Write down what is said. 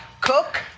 Cook